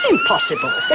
Impossible